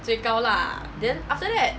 最高 lah then after that